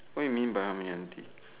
what you mean by how many empty